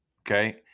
Okay